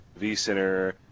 vCenter